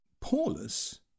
Paulus